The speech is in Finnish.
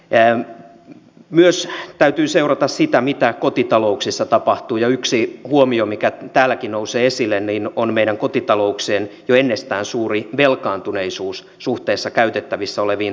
myös sitä täytyy seurata mitä kotitalouksissa tapahtuu ja yksi huomio mikä täälläkin nousee esille on meidän kotitalouksiemme jo ennestään suuri velkaantuneisuus suhteessa käytettävissä oleviin tuloihin